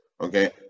okay